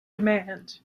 demand